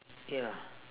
ya